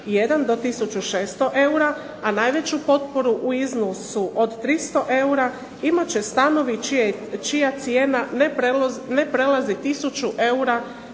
600 eura, a najveću potporu u iznosu od 300 eura imat će stanovi čija cijena ne prelazi tisuću eura